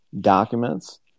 documents